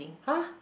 !huh!